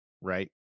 right